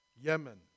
Yemen